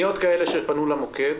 כאלה למוקד